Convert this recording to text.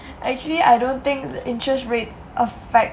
actually I don't think the interest rates affect